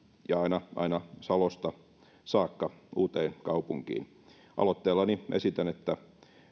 ja aina aina salosta saakka uuteenkaupunkiin aloitteellani esitän että